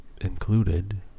included